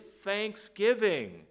thanksgiving